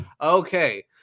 Okay